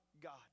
God